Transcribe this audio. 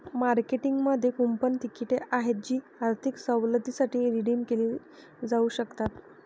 मार्केटिंगमध्ये कूपन तिकिटे आहेत जी आर्थिक सवलतींसाठी रिडीम केली जाऊ शकतात